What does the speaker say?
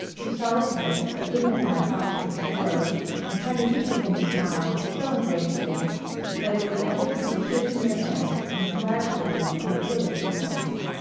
whose solitary but dignified occupant arose and tendered each of them a smile so ingratiating that it was as if he were shaking their hands and congratulating them on a brilliant performance.